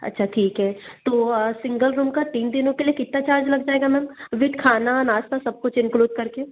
अच्छा ठीक है तो सिंगल रूम का तीन दिनों के लिए कितना चार्ज लग जाएगा मैम विद खाना नाश्ता सब कुछ इन्क्लूड करके